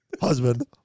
husband